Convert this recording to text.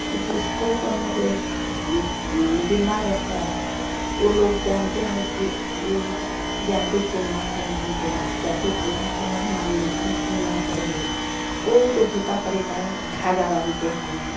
जिसको तन एक बीमार रहता है ऊ लोग जानते हैं कि ऊ जादू टोना को मानते हैं जादू टोना को नहीं मानना चाहिए ऊ जो भूत प्रेत धागा बाँधते हैं